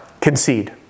concede